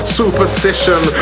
superstition